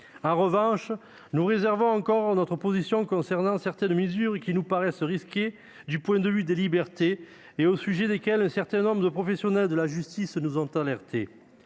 En revanche, nous réservons encore notre position sur certaines mesures qui nous paraissent risquées du point de vue des libertés et au sujet desquelles des professionnels de la justice nous ont alertés.